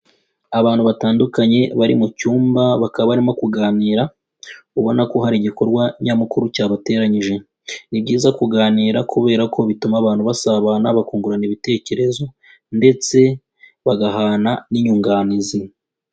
Abantu batandukanye bari mu cyumba bakaba barimo kuganira, ubona ko hari igikorwa nyamukuru cyabateranyije, ni byiza kuganira kubera ko bituma abantu basabana bakungurana ibitekerezo ndetse bagahana n'inyunganizi.